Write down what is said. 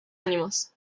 ánimos